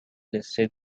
listed